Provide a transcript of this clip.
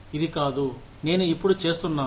ఇది కాదు నేను ఇప్పుడు చేస్తున్నాను